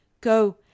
Go